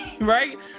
right